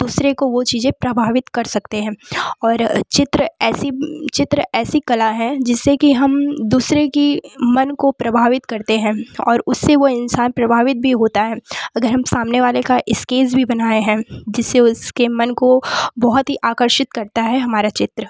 दूसरे को वो चीज़ें प्रभावित कर सकते हैं और चित्र ऐसी चित्र ऐसी कला है जिससे कि हम दूसरे के मन को प्रभावित करते हैं और उससे वो इंसान प्रभावित भी होता है अगर हम सामने वाले का स्केच भी बनाएँ हैं जिससे उसके मन को बहुत ही आकर्षित करता है हमारा चित्र